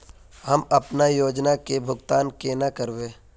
हम अपना योजना के भुगतान केना करबे?